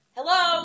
Hello